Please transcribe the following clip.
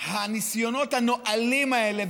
הניסיונות הנואלים האלה,